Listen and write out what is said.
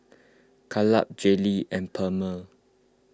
Kaleb Jaylynn and Pernell